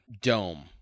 dome